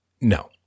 No